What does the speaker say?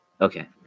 Okay